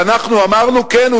ואנחנו אמרנו: כן,